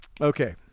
Okay